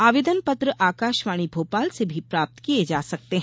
आवेदन पत्र आकाशवाणी भोपाल से भी प्राप्त किये जा सकते हैं